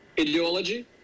ideology